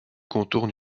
contourne